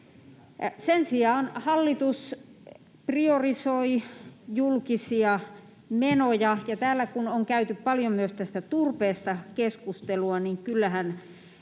Sen sijaan hallitus priorisoi julkisia menoja, ja kun on käyty paljon myös tästä turpeesta keskustelua, niin kyllähän